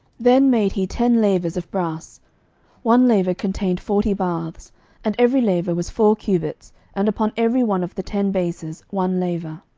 then made he ten lavers of brass one laver contained forty baths and every laver was four cubits and upon every one of the ten bases one laver.